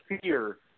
fear